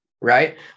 Right